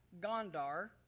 Gondar